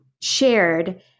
shared